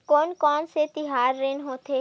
कोन कौन से तिहार ऋण होथे?